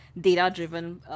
data-driven